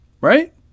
right